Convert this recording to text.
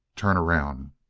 turn around.